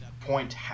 Point